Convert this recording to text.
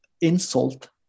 insult